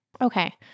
Okay